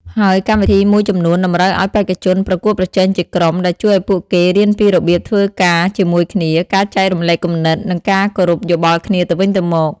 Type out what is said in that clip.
ហើយកម្មវិធីមួយចំនួនតម្រូវឲ្យបេក្ខជនប្រកួតប្រជែងជាក្រុម ដែលជួយឲ្យពួកគេរៀនពីរបៀបធ្វើការជាមួយគ្នា ការចែករំលែកគំនិត និងការគោរពយោបល់គ្នាទៅវិញទៅមក។